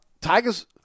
Tigers